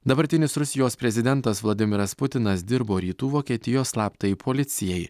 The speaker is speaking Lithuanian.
dabartinis rusijos prezidentas vladimiras putinas dirbo rytų vokietijos slaptajai policijai